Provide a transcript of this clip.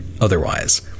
otherwise